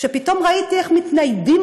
פתאום ראיתי איך מתניידים